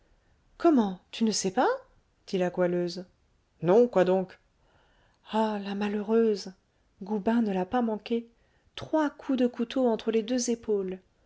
comment tu ne sais pas dit la goualeuse non quoi donc ah la malheureuse goubin ne l'a pas manquée trois coups de couteau entre les deux épaules